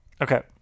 Okay